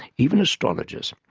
even astrologers.